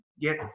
get